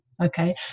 Okay